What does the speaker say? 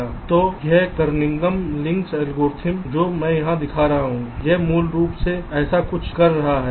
तो यह Kernighan Lin algorithm जो मैं यहां दिखा रहा हूं यह मूल रूप से ऐसा कुछ कर रहा है